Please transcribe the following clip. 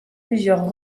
plusieurs